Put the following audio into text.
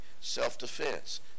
self-defense